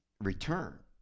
return